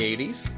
80s